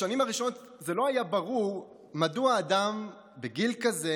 בשנים הראשונות לא היה ברור מדוע אדם בגיל כזה